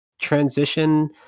transition